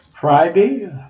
Friday